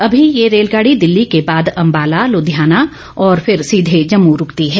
अभी यह रेलगाड़ी दिल्ली के बाद अंबाला लुधियाना और फिर सीधे जम्मू रूकती है